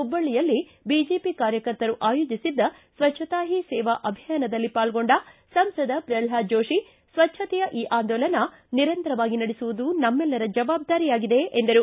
ಪುಬ್ಬಳ್ಳಯಲ್ಲಿ BJP ಕಾರ್ಯಕರ್ತರು ಆಯೋಜಿಸಿದ್ದ ಸ್ವಜ್ಞತಾ ಹೀ ಸೇವಾವ್ ಅಭಿಯಾನದಲ್ಲಿ ಪಾಲ್ಗೊಂಡ ಸಂಸದ ಪ್ರಲ್ಪಾದ ಜೋತಿ ಸ್ವಜ್ಞತೆಯ ಈ ಆಂದೋಲನ ನಿರಂತರವಾಗಿ ನಡೆಸುವುದು ನಮೈಲ್ಲರ ಜವಾಬ್ದಾರಿಯಾಗಿದೆ ಎಂದರು